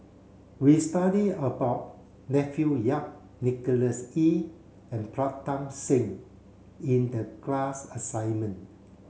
we studied about Matthew Yap Nicholas Ee and Pritam Singh in the class assignment